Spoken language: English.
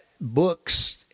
books